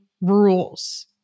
rules